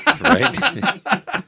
Right